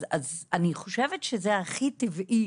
אז אני חושבת שזה הכי טבעי,